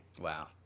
Wow